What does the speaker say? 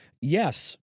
Yes